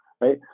right